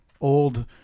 old